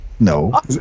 no